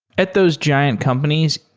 at those giant companies,